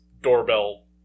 doorbell